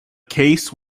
case